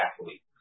athlete